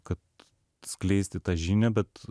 kad skleisti tą žinią bet